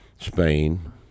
Spain